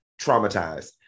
traumatized